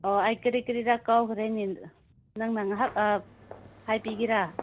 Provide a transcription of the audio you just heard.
ꯑꯣ ꯑꯩ ꯀꯔꯤ ꯀꯔꯤꯔ ꯀꯥꯎꯈ꯭ꯔꯦꯅꯦ ꯅꯪꯅ ꯉꯥꯏꯍꯥꯛ ꯍꯥꯏꯕꯤꯒꯦꯔꯥ